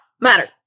matter